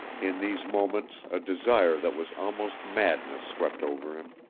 in these moments a desire that was almost madness swept over him.